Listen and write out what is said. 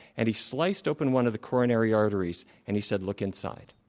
and he sliced open one of the coronary arteries, and he said, look inside.